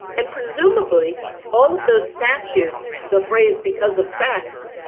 and presumably all of those statutes, the phrase because of sex,